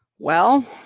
well,